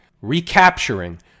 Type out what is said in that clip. recapturing